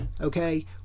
okay